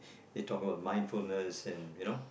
it talk about mindfulness and you know